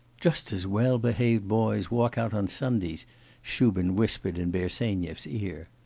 just as well-behaved boys walk out on sundays shubin whispered in bersenyev's ear.